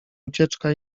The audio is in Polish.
ucieczka